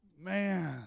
Man